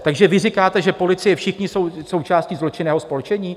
Takže vy říkáte, že policie, všichni jsou součástí zločinného spolčení?